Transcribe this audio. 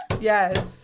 Yes